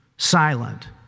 Silent